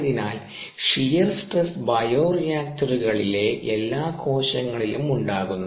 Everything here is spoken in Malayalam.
ആയതിനാൽ ഷിയർ സ്ട്രെസ്സ് ബയോറിയാക്ടറുകളിലെ എല്ലാ കോശങ്ങളിലും ഉണ്ടാകുന്നു